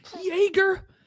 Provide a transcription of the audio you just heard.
jaeger